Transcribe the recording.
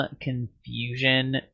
confusion